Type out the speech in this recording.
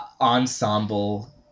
ensemble